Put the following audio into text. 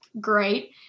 great